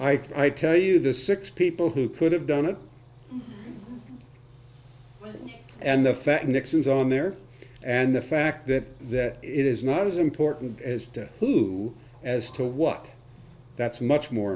i'd tell you the six people who could have done it and the fact nixon's on there and the fact that it is not as important as who as to what that's much more